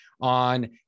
on